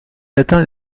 atteint